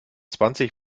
zwanzig